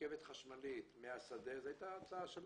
רכבת חשמלית מהשדה הייתה הצעה כזאת של